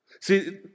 See